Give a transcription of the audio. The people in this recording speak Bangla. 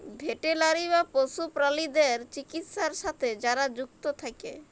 ভেটেলারি বা পশু প্রালিদ্যার চিকিৎছার সাথে যারা যুক্ত থাক্যে